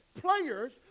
players